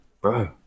Bro